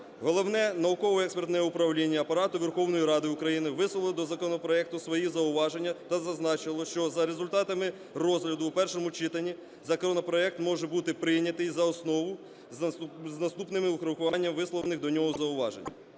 Головне науково-експертне управління Апарату Верховної Ради України висунуло до законопроекту свої зауваження та зазначило, що за результатами розгляду у першому читанні законопроект може бути прийнятий за основу з наступним врахуванням висловлених до нього зауважень.